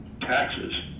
taxes